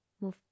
Move